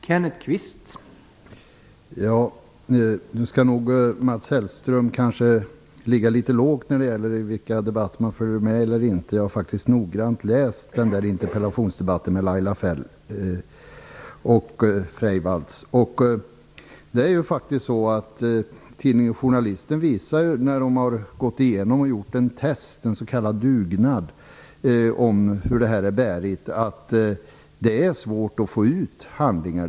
Herr talman! Mats Hellström bör kanske ligga litet lågt när det gäller vilka debatter vi följer med i. Jag har faktiskt noggrant läst interpellationsdebatten med Laila Freivalds. Tidningen Journalisten har faktiskt, när den har gjort ett test, en s.k. dugnad, av hur bärig öppenheten är, kommit fram till att det är svårt att få ut handlingar.